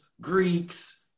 Greeks